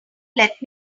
let